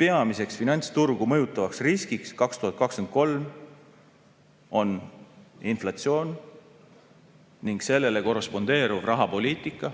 peamiseks finantsturgu mõjutavaks riskiks 2023 on inflatsioon ning sellele korrespondeeruv rahapoliitika,